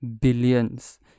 billions